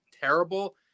terrible